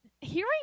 Hearing